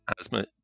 asthma